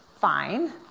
fine